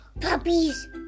puppies